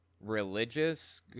religious